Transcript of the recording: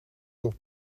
door